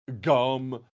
Gum